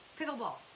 pickleball